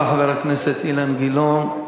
יש לך, חבר הכנסת אילן גילאון,